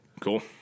Cool